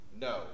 No